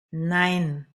nein